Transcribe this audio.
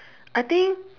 I think